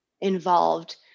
involved